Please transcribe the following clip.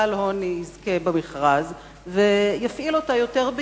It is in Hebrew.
בעל הון כלשהו יזכה במכרז ויפעיל אותה,